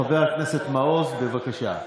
חבר הכנסת מעוז, בבקשה.